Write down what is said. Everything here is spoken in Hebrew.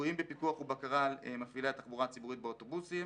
ליקויים בפיתוח ובקרה על מפעילי התחבורה הציבורית באוטובוסים